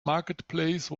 marketplace